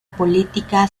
política